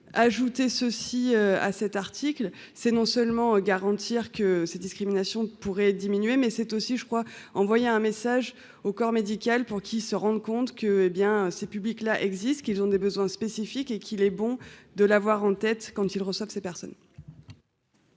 ajoutez ceci à cet article, c'est non seulement garantir que ces discriminations pourrait diminuer mais c'est aussi, je crois, envoyer un message au corps médical pour qu'ils se rendent compte que hé bien ces publics-là existe, qu'ils ont des besoins spécifiques et qu'il est bon de l'avoir en tête quand ils reçoivent ces personnes.